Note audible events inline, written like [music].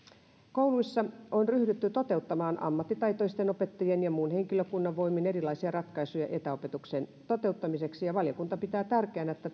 kouluissa on ryhdytty toteuttamaan ammattitaitoisten opettajien ja muun henkilökunnan voimin erilaisia ratkaisuja etäopetuksen toteuttamiseksi ja valiokunta pitää tärkeänä että [unintelligible]